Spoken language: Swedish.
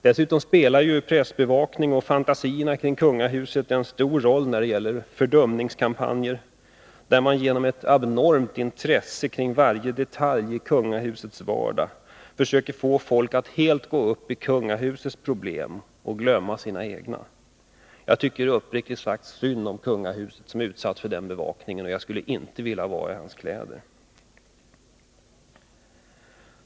Dessutom spelar pressbevakningen och fantasierna kring kungahuset en stor roll när det gäller fördumningskampanjer, där man genom ett abnormt intresse kring varje detalj i kungahusets vardag kan få folk att helt gå upp i kungahusets familjeproblem och glömma sina egna. Jag tycker uppriktigt sagt synd om kungen, som är utsatt för denna bevakning. Jag skulle inte vilja vara i hans kläder.